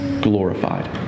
glorified